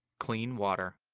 clean water.